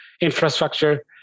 infrastructure